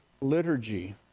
liturgy